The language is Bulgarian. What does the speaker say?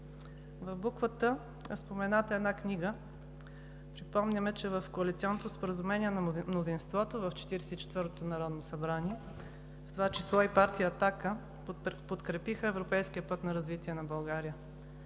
В буква „т“ е спомената една книга. Припомняме, че в коалиционното споразумение на мнозинството в Четиридесет и четвъртото народно събрание, в това число и партия „Атака“ подкрепиха европейския път на развитие на България,